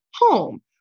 home